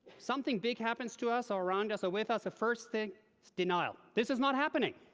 something big happens to us or around us or with us, the first thing denial this is not happening!